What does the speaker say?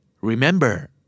Remember